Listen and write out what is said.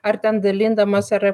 ar ten dalindamos ar